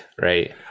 right